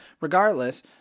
regardless